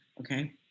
okay